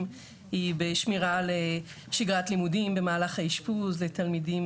היא בשמירה על שגרת לימודים במהלך האישפוז לתלמידים